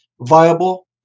viable